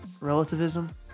relativism